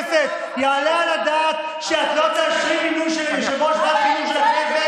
יעלה על הדעת שאת לא תאשרי מינוי של יושב-ראש ועדת החינוך של הכנסת?